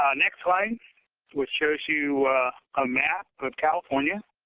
um next slide which shows you a map of california.